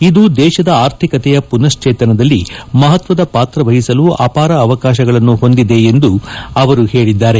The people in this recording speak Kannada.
ಇದು ದೇಶದ ಆರ್ಥಿಕತೆಯ ಪುನಶ್ವೇತನದಲ್ಲಿ ಮಹತ್ವದ ಪಾತ್ರವಹಿಸಲು ಅಪಾರ ಅವಕಾಶಗಳನ್ನು ಹೊಂದಿದೆ ಎಂದು ಅವರು ಹೇಳಿದ್ದಾರೆ